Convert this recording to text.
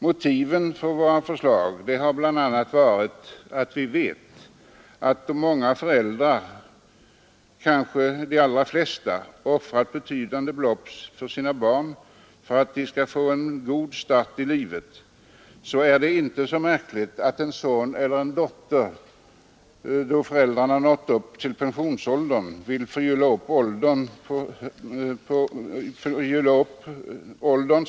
Bakgrunden till vårt förslag har bl.a. varit vetskapen att många föräldrar, kanske de allra flesta, har offrat betydande belopp för sina barn för att dessa skall få en god start i livet. Är det då så märkligt att en son eller dotter, då föräldrarna blivit pensionerade, vill förgylla upp ålderns höst litet grand?